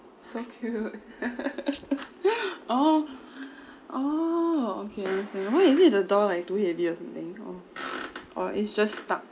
so cute oh oh okay what is it the door like too heavy or something or or it's just stuck